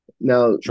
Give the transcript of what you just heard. Now